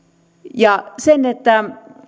ja sen että